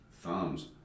Thumbs